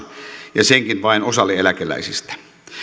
ja senkin vain osalle eläkeläisistä